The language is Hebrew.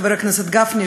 חבר הכנסת גפני,